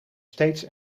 steeds